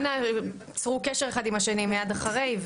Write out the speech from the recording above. אנא צרו קשר אחד עם השני מיד אחרי,